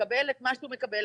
לקבל את מה שהוא מקבל,